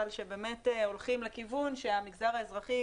אבל שבאמת הולכים לכיוון שהמגזר האזרחי